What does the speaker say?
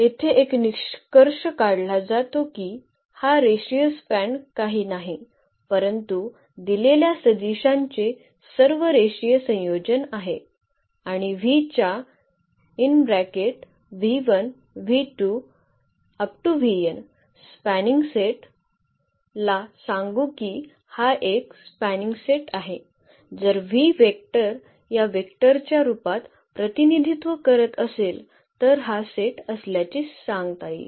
येथे एक निष्कर्ष काढला जातो की हा रेषीय स्पॅन काही नाही परंतु दिलेल्या सदिशांचे सर्व रेषीय संयोजन आहे आणि v च्या स्पॅनिंग सेट ला सांगू की हा एक स्पॅनिंग सेट आहे जर v वेक्टर या वेक्टर च्या रूपात प्रतिनिधित्व करत असेल तर हा सेट असल्याचे सांगा येईल